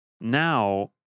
now